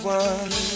one